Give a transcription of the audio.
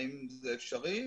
זה אפשרי?